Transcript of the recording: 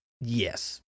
Yes